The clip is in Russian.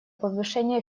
повышение